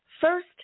First